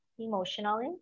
emotionally